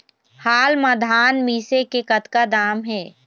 हाल मा धान मिसे के कतका दाम हे?